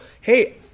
hey